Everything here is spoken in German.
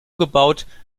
gebaut